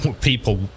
people